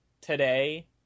today